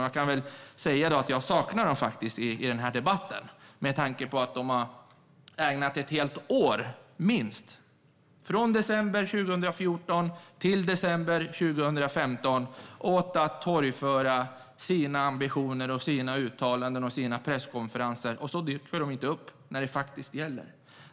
Jag kan säga att jag saknar dem i den här debatten med tanke på att de har ägnat ett helt år minst, från december 2014 till december 2015, åt att torgföra sina ambitioner i uttalanden och presskonferenser, och så dyker de inte upp när det faktiskt gäller.